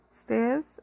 Stairs